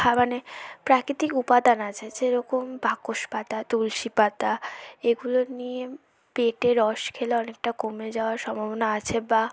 খা মানে প্রাকৃতিক উপাদান আছে যেরকম বাসক পাতা তুলসী পাতা এগুলো নিয়ে বেটে রস খেলে অনেকটা কমে যাওয়ার সম্ভাবনা আছে বা